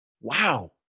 Wow